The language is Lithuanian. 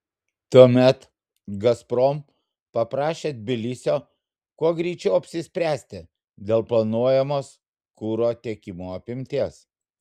tuomet gazprom paprašė tbilisio kuo greičiau apsispręsti dėl planuojamos kuro tiekimų apimties